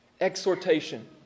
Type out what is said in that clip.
exhortation